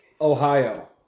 Ohio